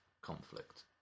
conflict